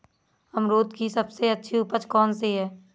अमरूद की सबसे अच्छी उपज कौन सी है?